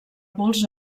molts